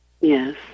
yes